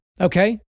okay